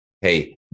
hey